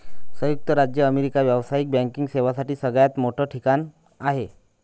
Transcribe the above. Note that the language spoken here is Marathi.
संयुक्त राज्य अमेरिका व्यावसायिक बँकिंग सेवांसाठी सगळ्यात मोठं ठिकाण आहे